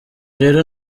rero